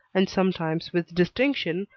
and sometimes with distinction,